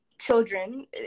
children